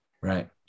Right